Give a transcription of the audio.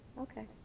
Okay